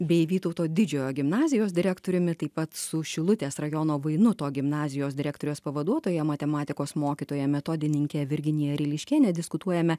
bei vytauto didžiojo gimnazijos direktoriumi taip pat su šilutės rajono vainuto gimnazijos direktoriaus pavaduotoja matematikos mokytoja metodininkė virginija ryliškiene diskutuojame